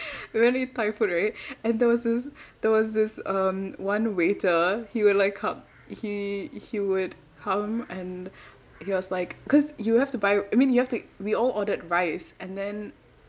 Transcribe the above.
we went to eat thai food right and there was this there was this um one waiter he will like come he he would come and he was like because you have to buy I mean you have to we all ordered rice and then